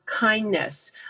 Kindness